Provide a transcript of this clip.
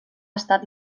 estat